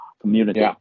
community